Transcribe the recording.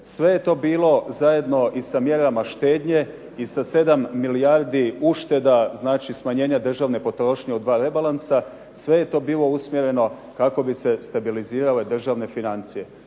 Sve je to bilo zajedno i sa mjerama štednje i sa 7 milijardi ušteda znači smanjenja državne potrošnje u dva rebalansa, sve je to bilo usmjereno kako bi se stabilizirale državne financije.